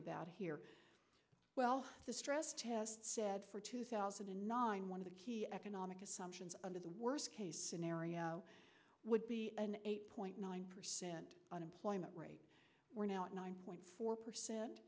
about here well the stress test said for two thousand and nine one of the key economic assumptions under the worst case scenario would be an eight point nine percent unemployment rate we're now at nine point four percent